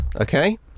Okay